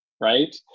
Right